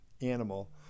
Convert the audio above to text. animal